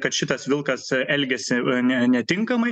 kad šitas vilkas elgiasi ne netinkamai